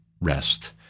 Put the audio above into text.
rest